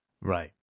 Right